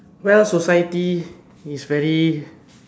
well society is very